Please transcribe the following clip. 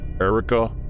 Erica